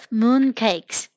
mooncakes